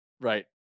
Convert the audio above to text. Right